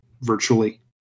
virtually